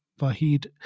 Vahid